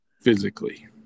Physically